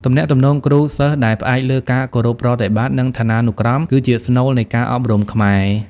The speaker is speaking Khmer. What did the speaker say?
ទំនាក់ទំនងគ្រូ សិស្សដែលផ្អែកលើការគោរពប្រតិបត្តិ និងឋានានុក្រម គឺជាស្នូលនៃការអប់រំខ្មែរ។